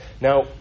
Now